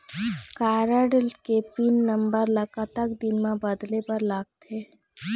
Card के pin number ला कतक दिन म बदले बर लगथे?